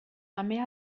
també